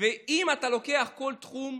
ואם אתה לוקח כל תחום,